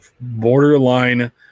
Borderline